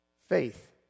Faith